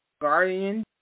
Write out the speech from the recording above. Guardian